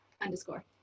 underscore